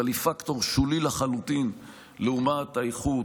אבל היא פקטור שולי לחלוטין לעומת האיכות,